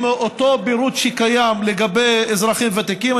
עם אותו פירוט שקיים לגבי אזרחים ותיקים,